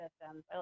systems